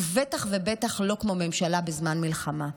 בטח ובטח לא כמו ממשלה בזמן מלחמה.